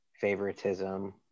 favoritism